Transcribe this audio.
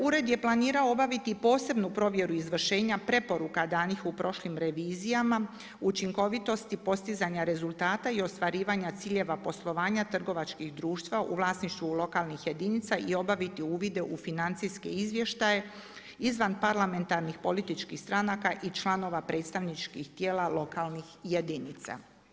Ured je planirao obaviti posebnu provjeru izvršenju preporuka danih u prošlim revizijama, učinkovitosti, postizanje rezultata i ostvarivanja ciljeva poslovanja trgovačkih društva u vlasništvu lokalnih jedinica i obaviti uvide u financijske izvještaje, izvan parlamentarnih političkih stranaka i članova predstavničkih tijela lokalnih jedinica.